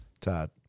Todd